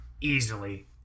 easily